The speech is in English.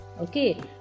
Okay